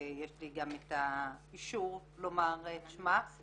ויש לי גם את האישור לומר את שמה.